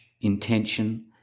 intention